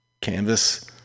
canvas